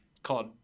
Called